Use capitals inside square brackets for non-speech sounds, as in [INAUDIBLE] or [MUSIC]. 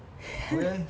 [BREATH]